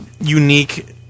unique